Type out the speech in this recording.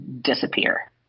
disappear